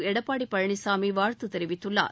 எடப்பாடி பழனிசாமி வாழ்த்து தெரிவித்துள்ளார்